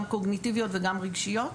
גם קוגניטיביות וגם רגשיות,